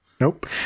Nope